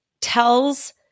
tells